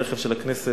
הרכב של הכנסת,